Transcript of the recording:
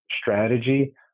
strategy